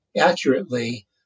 accurately